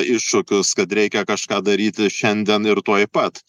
iššūkius kad reikia kažką daryti šiandien ir tuoj pat